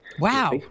Wow